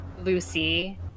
Lucy